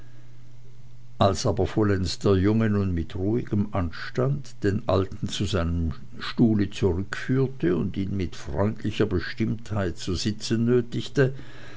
als aber vollends der junge nun mit ruhigem anstand den alten zu seinem stuhle zurückführte und ihn mit freundlicher bestimmtheit zu sitzen nötigte